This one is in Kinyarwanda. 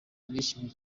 narishimye